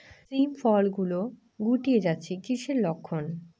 শিম ফল গুলো গুটিয়ে যাচ্ছে কিসের লক্ষন?